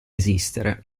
esistere